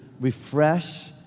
refresh